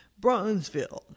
Bronzeville